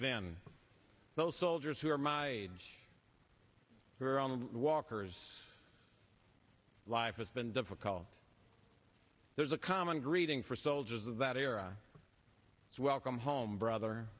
then those soldiers who are my age who are on the walkers life it's been difficult there's a common greeting for soldiers of that era is welcome home brother